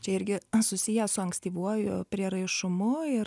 čia irgi susiję su ankstyvuoju prieraišumu ir